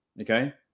okay